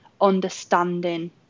understanding